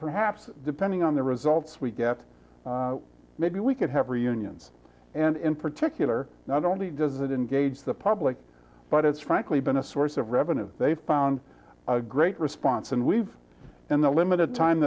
perhaps depending on the results we get maybe we could have reunions and in particular not only does it in gauge the public but it's frankly been a source of revenue they found a great response and we've in the limited time